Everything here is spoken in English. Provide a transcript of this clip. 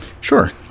Sure